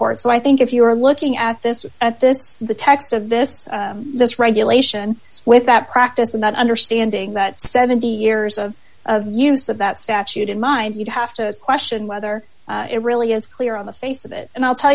court so i think if you are looking at this at this the text of this this regulation with that practice of not understanding that seventy years of use of that statute in mind you'd have to question whether it really is clear on the face of it and i'll tell